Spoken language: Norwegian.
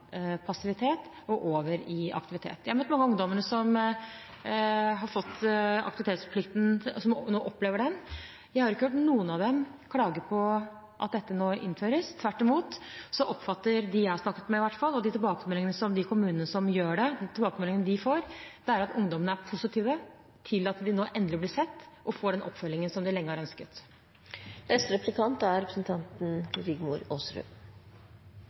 passivitet og over i aktivitet. Jeg har møtt mange av ungdommene som nå opplever aktivitetsplikten. Jeg har ikke hørt noen av dem klage på at dette nå innføres. Tvert imot oppfatter jeg – i hvert fall ut fra dem jeg snakket med, og ut fra tilbakemeldingene som de kommunene som gjør det, får – at ungdommene er positive til at de nå endelig blir sett og får denne oppfølgingen som de lenge har ønsket.